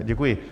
Děkuji.